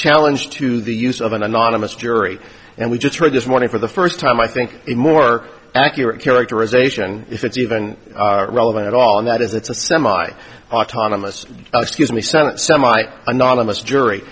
challenge to the use of an anonymous jury and we just heard this morning for the first time i think a more accurate characterization if it's even relevant at all and that is it's a semi autonomous excuse me senate semi anonymous jury